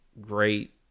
great